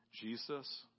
Jesus